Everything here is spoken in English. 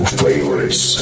favorites